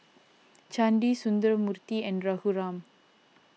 Chandi Sundramoorthy and Raghuram